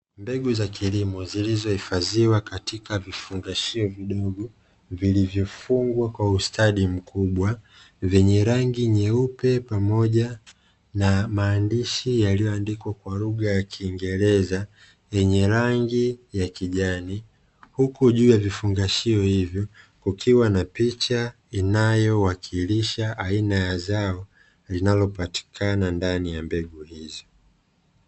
Mbegu za kilimo zilizohifadhiwa katika vifungashio vidogo vilivyofungwa kwa ustadi mkubwa vyenye rangi nyeupe, pamoja na maandishi yaliyoandikwa kwa lugha ya kiingereza yenye rangi ya kijani. Huku juu ya vifungashio hivyo kukiwa na picha inayowakilisha aina ya zao linalopatikana ndani ya mbegu.